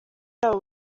abo